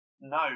No